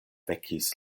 vekis